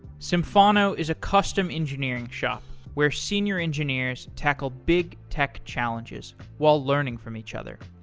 symphono is a custom engineering shop where senior engineers tackle big tech challenges while learning from each other.